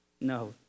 No